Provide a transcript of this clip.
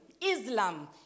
Islam